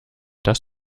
das